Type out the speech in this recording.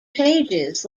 pages